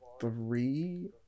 three